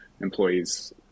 employees